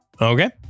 Okay